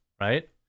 right